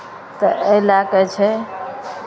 तऽ एहि लए कऽ छै